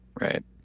right